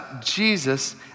Jesus